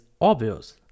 obvious